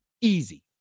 Easy